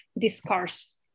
discourse